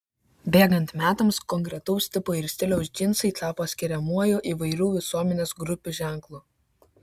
bėgant metams konkretaus tipo ir stiliaus džinsai tapo skiriamuoju įvairių visuomenės grupių ženklu